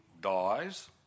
dies